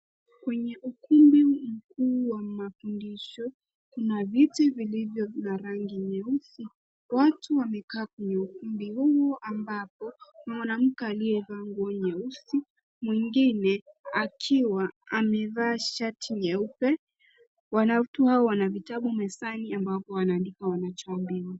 Kwenye ukumbi mkuu wa mafundisho. Kuna viti vilivyo na rangi nyeusi. Watu wamekaa kwenye ukumbi huo ambapo mwanamke aliye vaa nguo nyeusi mwingine akiwa amevaa shati nyeupe wanakuwa wana vitabu mezani ambapo wanaandika wanacho ambiwa.